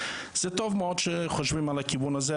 זה טוב מאוד שחושבים על הכיוון הזה,